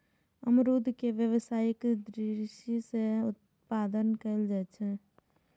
अमरूद के व्यावसायिक दृषि सं उत्पादन कैल जाइ छै